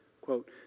quote